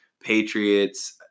Patriots